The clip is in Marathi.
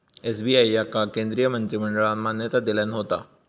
एस.बी.आय याका केंद्रीय मंत्रिमंडळान मान्यता दिल्यान होता